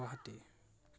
Guwahati